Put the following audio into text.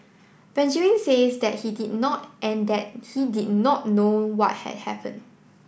Benjamin says that he did not and that he did not know what had happen